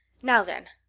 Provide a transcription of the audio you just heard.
now, then,